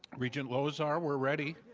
regent lozar, we're ready.